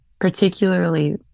particularly